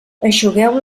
eixugueu